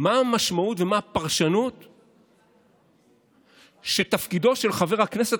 מה המשמעות ומה הפרשנות שתפקידו של חבר הכנסת,